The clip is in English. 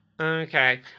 Okay